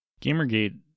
Gamergate